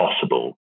possible